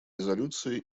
резолюции